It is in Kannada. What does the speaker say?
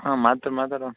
ಹಾಂ ಮಾತು ಮಾತಾಡು